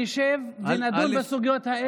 אני מוכן שנשב ונדון בסוגיות האלו.